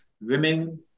Women